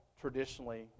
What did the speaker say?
traditionally